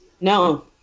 No